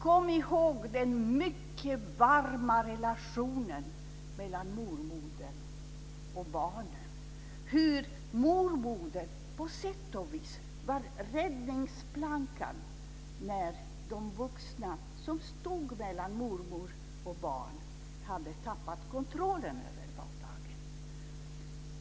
Kom ihåg den mycket varma relationen mellan mormodern och barnen! Mormodern var på sätt och vis räddningsplankan när de vuxna som stod mellan mormodern och barnen hade tappat kontrollen över vardagen.